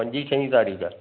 पंजीं छहीं तरीख़